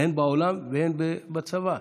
הן בעולם והן בצבא.